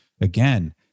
again